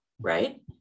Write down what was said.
right